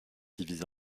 divisée